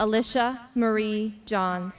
alicia marie john